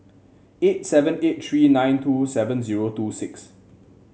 eight seven eight tree nine two seven zero two six